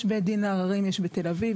יש בית דין לערערים בתל אביב,